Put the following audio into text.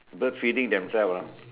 bird feeding themselves lah